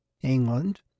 England